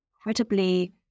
incredibly